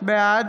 בעד